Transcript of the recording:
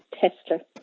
tester